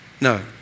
No